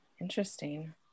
Interesting